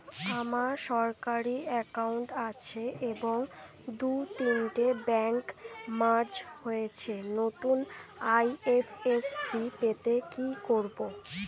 আমার সরকারি একাউন্ট আছে এবং দু তিনটে ব্যাংক মার্জ হয়েছে, নতুন আই.এফ.এস.সি পেতে কি করব?